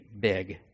big